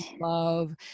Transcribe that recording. love